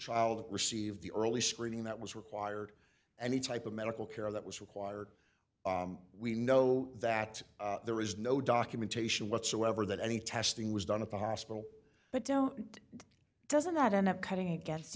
child received the early screening that was required any type of medical care that was required we know that there is no documentation whatsoever that any testing was done at the hospital but don't doesn't that end up cutting again